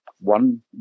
one